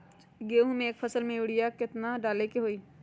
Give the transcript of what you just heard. गेंहू के एक फसल में यूरिया केतना डाले के होई?